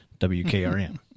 WKRM